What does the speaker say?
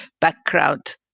background